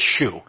issue